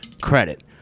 credit